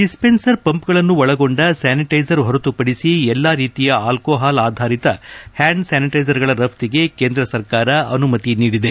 dispenser ಪಂಪ್ಗಳನ್ನು ಒಳಗೊಂದ sanitiser ಹೊರತುಪದಿಸಿ ಎಲ್ಲಾ ರೀತಿಯ ಆಲ್ಕೋಹಾಲ್ ಆಧಾರಿತ ಹ್ಯಾಂಡ್ ಸ್ಯಾನಿಟೈಸರ್ಗಳ ರಫ್ತಿಗೆ ಕೇಂದ್ರ ಸರ್ಕಾರ ಅನುಮತಿ ನೀಡಿದೆ